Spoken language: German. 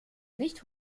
nicht